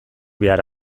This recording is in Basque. behar